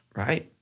right?